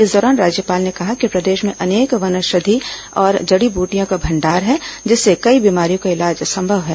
इस दौरान राज्यपाल ने कहा कि प्रदेश में अनेक वनौषधि और जड़ी बूटियों का भंडार है जिससे कई बीमारियों का इलाज संभव है